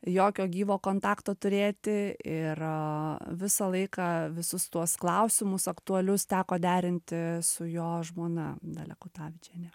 jokio gyvo kontakto turėti ir visą laiką visus tuos klausimus aktualius teko derinti su jo žmona dalia kutavičiene